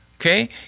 Okay